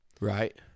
Right